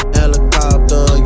helicopter